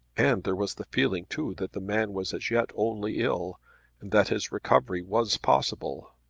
and there was the feeling too that the man was as yet only ill, and that his recovery was possible.